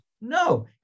No